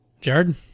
Jared